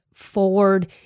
Forward